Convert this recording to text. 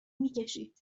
میکشید